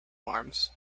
arms